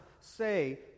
say